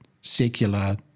secular